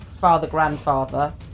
father-grandfather